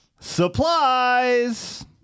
Supplies